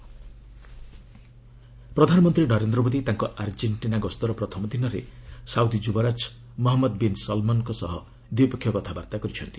PM bilateral ପ୍ରଧାନମନ୍ତ୍ରୀ ନରେନ୍ଦ୍ର ମୋଦି ତାଙ୍କ Argentina ଗସ୍ତର ପ୍ରଥମ ଦିନରେ ସାଉଦି ଯୁବରାଜ ମହମ୍ମଦ୍ ବିନ୍ ସଲ୍ମନ୍ଙ୍କ ସହ ଦ୍ୱିପକ୍ଷୀୟ କଥାବାର୍ଭା କରିଛନ୍ତି